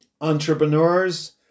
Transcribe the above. Entrepreneurs